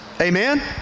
Amen